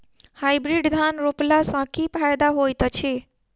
Hybrid धान रोपला सँ की फायदा होइत अछि?